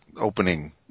opening